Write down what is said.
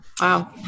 Wow